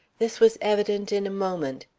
this was evident in a moment.